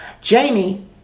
Jamie